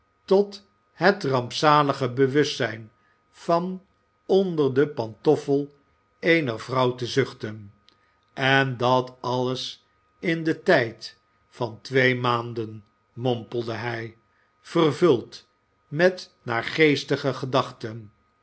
tot het rampzalige bewustzijn van onder de pantoffel eener vrouw te zuchten en dat alles in den tijd van twee maanden mompelde hij vervuld met naargeestige gedachten